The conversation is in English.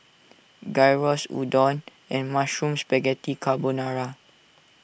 Gyros Udon and Mushroom Spaghetti Carbonara